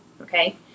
Okay